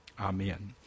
amen